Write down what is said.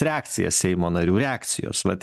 reakcijas seimo narių reakcijos vat